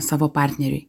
savo partneriui